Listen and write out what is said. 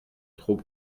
trop